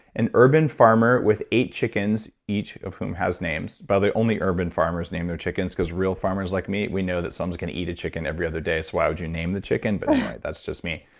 an urban farmer with eight chickens, each of whom has names. by the way, only urban farmers name their chickens because real farmers like me, we know that someone's going to eat a chicken every other day so why would you name the chicken, but that's just me